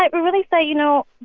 like really say, you know,